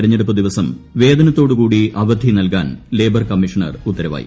തെരഞ്ഞെടുപ്പ് ദിവസം വേതനത്തോടുകൂടി അവധി നൽകാൻ ലേബർ കമ്മീഷണർ ഉത്തരവായി